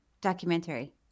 documentary